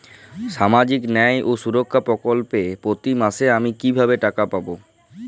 সামাজিক ন্যায় ও সুরক্ষা প্রকল্পে প্রতি মাসে আমি কিভাবে টাকা পাবো?